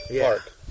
park